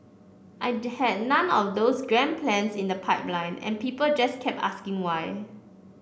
I had none of those grand plans in the pipeline and people just kept asking why